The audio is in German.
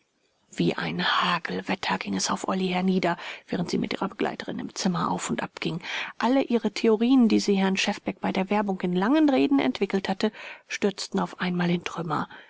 wie ein hagelwetter ging es auf olly hernieder während sie mit ihrer begleiterin im zimmer auf und ab ging alle ihre theorien die sie herrn schefbeck bei der werbung in langen reden entwickelt hatte stürzten auf einmal in trümmer